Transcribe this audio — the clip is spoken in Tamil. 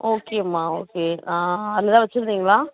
ஓகே அம்மா ஓகே அதில் எதா வச்சிருந்தீங்களா